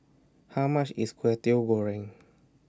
How much IS Kwetiau Goreng